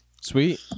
Sweet